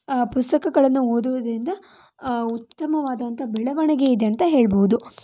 ಪುಸ್ತಕಗಳನ್ನು ಓದೋದ್ರಿಂದ ಉತ್ತಮವಾದಂತಹ ಬೆಳೆವಣಿಗೆ ಇದೆ ಅಂತ ಹೇಳ್ಬೋದು